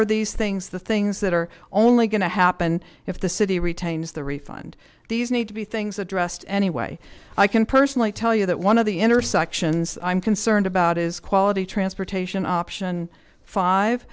are these things the things that are only going to happen if the city retains the refund these need to be things addressed anyway i can personally tell you that one of the intersections i'm concerned about is quality transportation option five